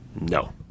No